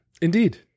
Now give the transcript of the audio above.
Indeed